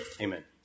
Amen